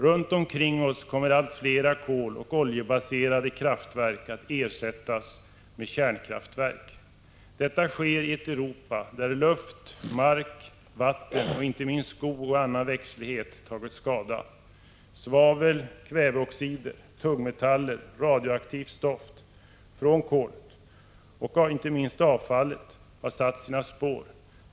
Runt omkring oss kommer allt fler koloch oljebaserade kraftverk att ersättas med kärnkraftverk. Detta sker i ett Europa där luft, mark, vatten och inte minst skog och annan växtlighet tagit skada. Svavel, kväveoxider, tungmetaller, radioaktivt stoft från kolet och inte minst avfallet har satt sina spår.